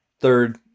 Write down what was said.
third